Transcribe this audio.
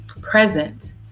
present